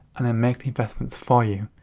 and then make the investments for you.